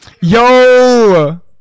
Yo